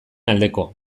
aldeko